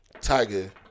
Tiger